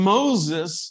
Moses